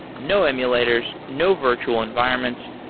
no emulators, no virtual environments.